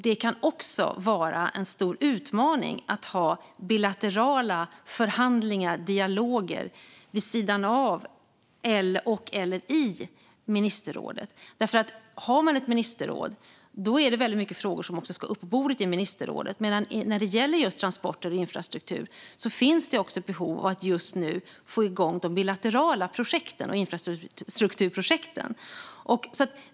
Det kan vara en stor utmaning att ha bilaterala förhandlingar och dialoger vid sidan av eller i ministerrådet. Om man har ett ministerråd är det väldigt många frågor som ska upp på bordet där. När det gäller just transporter och infrastruktur finns det ett behov just nu av att få igång de bilaterala infrastrukturprojekten.